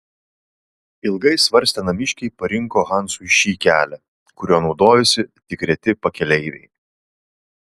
ilgai svarstę namiškiai parinko hansui šį kelią kuriuo naudojosi tik reti pakeleiviai